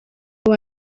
haba